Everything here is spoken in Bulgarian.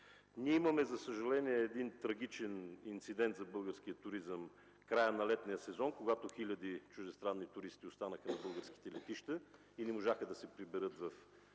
ние имаме един трагичен инцидент за българския туризъм в края на летния сезон, когато хиляди чуждестранни туристи останаха по българските летища и не можаха да се приберат в